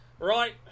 right